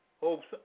hopes